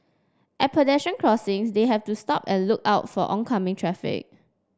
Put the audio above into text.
at pedestrian crossings they have to stop and look out for oncoming traffic